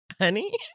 Honey